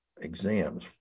exams